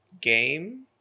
game